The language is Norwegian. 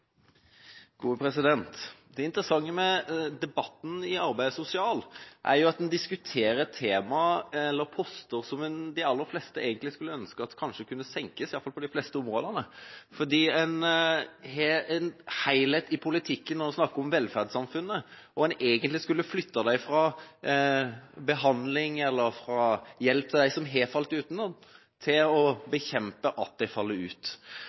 at en diskuterer poster som de aller fleste egentlig skulle ønske kanskje kunne senkes, iallfall på de fleste områdene, fordi en har en helhet i politikken når en snakker om velferdssamfunnet, og en egentlig skulle flyttet midlene fra behandling eller fra hjelp til dem som har falt utenom, til å bekjempe at folk faller ut.